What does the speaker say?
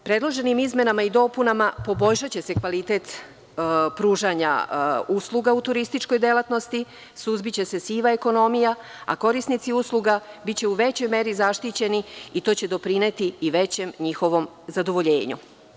Predloženim izmenama i dopunama poboljšaće se kvalitet pružanja usluga u turističkoj delatnosti, suzbiće se siva ekonomija, a korisnici usluga biće u većoj meri zaštićeni i to će doprineti i većem njihovom zadovoljenju.